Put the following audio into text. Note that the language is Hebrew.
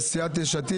סיעת יש עתיד